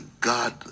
God